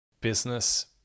Business